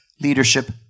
leadership